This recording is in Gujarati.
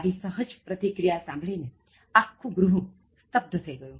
આવી સહજ પ્રતિક્રિયા સાંભળી ને આખું ગૃહ સ્તબ્ધ થઇ ગયું